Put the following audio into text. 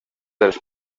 dels